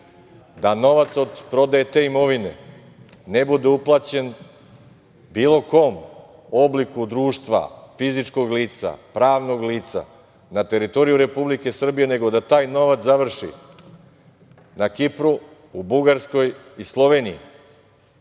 da novac od prodaje te imovine ne bude uplaćen bilo kom obliku društva, fizičkog lica, pravnog lica na teritoriji Republike Srbije, nego da taj novac završi na Kipru, u Bugarskoj i Sloveniji